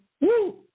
woo